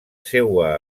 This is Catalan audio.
seua